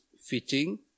fitting